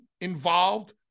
involved